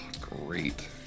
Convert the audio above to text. great